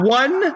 one